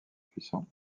puissant